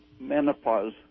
menopause